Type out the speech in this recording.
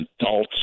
adults